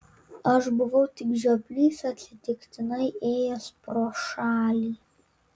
aš buvau tik žioplys atsitiktinai ėjęs pro šalį